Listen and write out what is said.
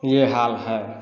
ये हाल है